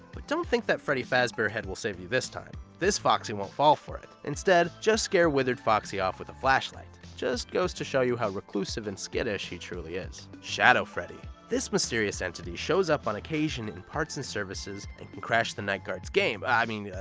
but don't think that freddy fazbear head will save you this time, this foxy won't fall for it. instead, just scare withered foxy off with a flashlight. just goes to show how reclusive and skittish he truly is. shadow freddy. this mysterious entity shows up on occasion in parts and services and can crash the night guard's game, ah, i mean,